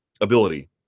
ability